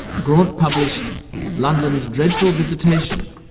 graunt published london's dreadful visitation,